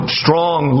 strong